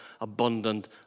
abundant